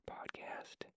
Podcast